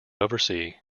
oversee